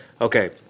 Okay